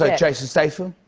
ah jason statham.